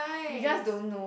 you just don't know